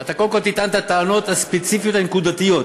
אתה קודם כול תטען את הטענות הספציפיות הנקודתיות,